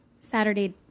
Saturday